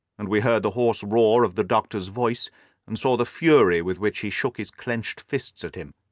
and we heard the hoarse roar of the doctor's voice and saw the fury with which he shook his clinched fists at him.